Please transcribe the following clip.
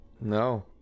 No